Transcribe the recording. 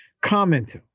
Comment